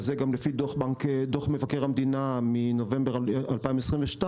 זה גם לפי דוח מבקר המדינה מנובמבר 2022,